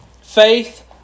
faith